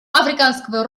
африканского